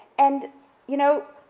and you know,